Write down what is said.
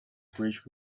birch